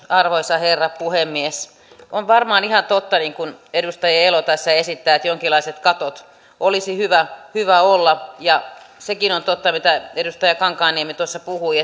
arvoisa herra puhemies on varmaan ihan totta niin kuin edustaja elo tässä esittää että jonkinlaiset katot olisi hyvä hyvä olla ja sekin on totta mitä edustaja kankaanniemi tuossa puhui